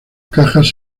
cajas